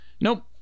Nope